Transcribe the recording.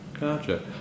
Gotcha